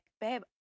babe